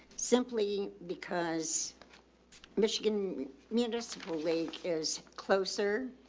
simply because michigan municipal league is closer.